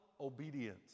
obedience